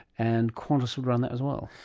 and qantas would run that as well.